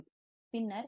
பின்னர் நான் Rf 3